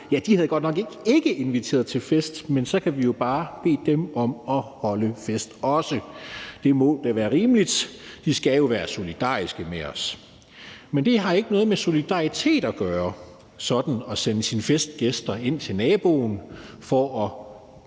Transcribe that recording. de. De havde godt nok ikke inviteret til fest, men så kan vi jo bare bede dem om at holde fest også. Det må da være rimeligt; de skal jo være solidariske med os. Men det har ikke noget med solidaritet at gøre sådan at sende sine festgæster ind til naboen, for at